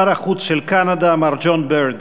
שר החוץ של קנדה, מר ג'ון בירד.